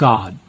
God